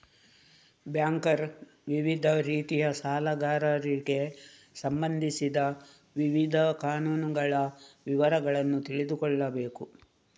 banker ವಿವಿಧ ರೀತಿಯ ಸಾಲಗಾರರಿಗೆ ಸಂಬಂಧಿಸಿದ ವಿವಿಧ ಕಾನೂನುಗಳ ವಿವರಗಳನ್ನು ತಿಳಿದುಕೊಳ್ಳಬೇಕು